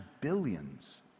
billions